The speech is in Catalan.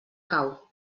cau